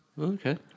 Okay